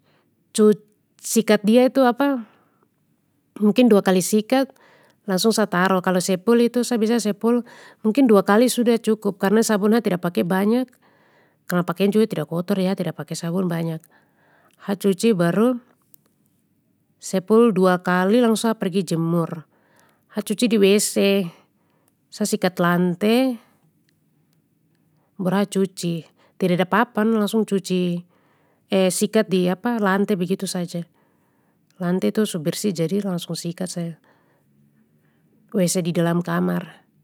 Cuc sikat dia itu mungkin dua kali sikat langsung sa taruh kalo sepul itu sa biasa sepul, mungkin dua kali sudah cukup karna sabun ha tida pake banyak, karna pakaian juga tida kotor jadi ha tida pake sabun banyak, ha cuci baru, sepul dua kali langsung sa pergi jemur, ha cuci di wc sa sikat lante, baru ha cuci, tidada papan langsung cuci, eh sikat di lante begitu saja, lante tu bersih jadi langsung sikat saja, wc di dalam kamar.